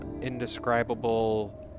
indescribable